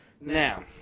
Now